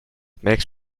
makes